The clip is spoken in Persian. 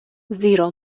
زیرا